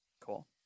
Cool